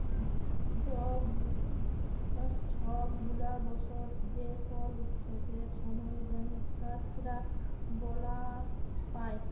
ছব গুলা বসর যে কল উৎসবের সময় ব্যাংকার্সরা বলাস পায়